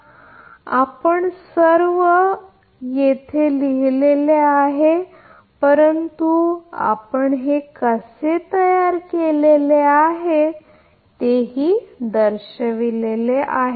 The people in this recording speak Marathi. तर जर आपण सर्व काही येथे लिहिलेले आहे परंतु आम्ही ते कसे तयार करीत आहोत ते दर्शवितो